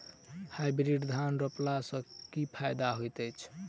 Hybrid धान रोपला सँ की फायदा होइत अछि?